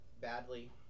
badly